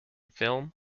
film